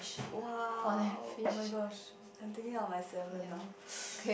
!wow! oh-my-gosh I'm thinking of my salmon now